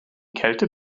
kälte